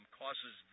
causes